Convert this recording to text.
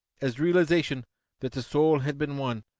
as realisation that the soul had been won,